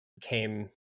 came